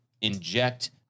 inject